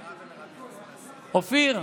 אופיר,